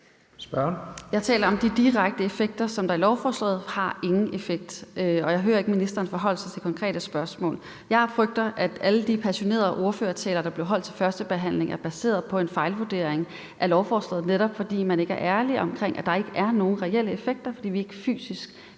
Jeg taler om de direkte effekter i lovforslaget, som ingen effekt har, og jeg hører ikke ministeren forholde sig til konkrete spørgsmål. Jeg frygter, at alle de passionerede ordførertaler, der blev holdt under førstebehandlingen, var baseret på en fejlvurdering af lovforslaget, netop fordi man ikke har været ærlig om, at der ikke er nogen reelle effekter, fordi vi ikke fysisk